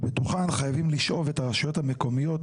וחייבים לשאוב לתוך זה גם את הרשויות העירוניות.